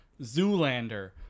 zoolander